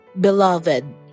Beloved